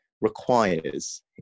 requires